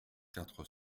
quatre